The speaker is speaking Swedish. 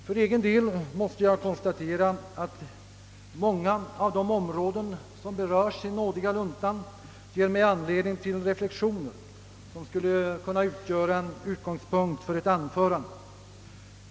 För egen del måste jag konstatera att många av de områden som berörs i »nådiga luntan» ger mig anledning till reflexioner som skulle kunna vara en utgångspunkt för ett anförande.